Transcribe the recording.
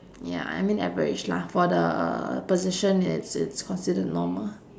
ya I mean average lah for the position it's it's considered normal